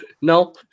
No